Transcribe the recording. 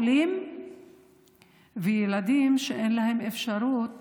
ילדים חולים וילדים שאין להם אפשרות